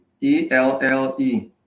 E-L-L-E